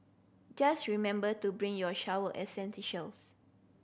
just remember to bring your shower